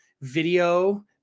video